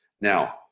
Now